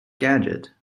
gadget